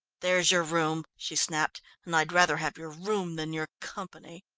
there's your room, she snapped, and i'd rather have your room than your company.